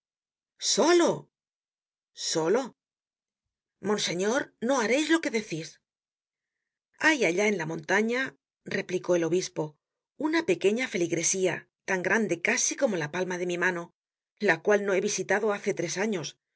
solo solo monseñor no hareis lo que decis hay allá en la montaña replicó el obispo una pequeña feligresía tan grande casi como la palma de la mano la cual no he visitado hace tres años son